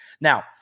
Now